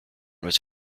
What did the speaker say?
was